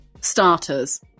starters